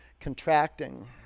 contracting